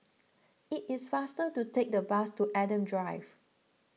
it is faster to take the bus to Adam Drive